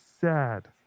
sad